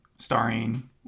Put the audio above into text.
Starring